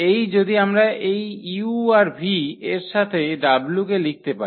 এই যদি আমরা এই u আর v এর সাথে w কে লিখতে পারি